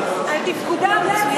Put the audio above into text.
על תפקודה המצוין.